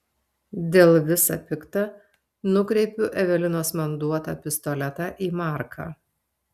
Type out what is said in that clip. dėl visa pikta nukreipiu evelinos man duotą pistoletą į marką